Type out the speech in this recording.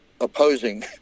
opposing